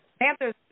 Panthers